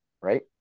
right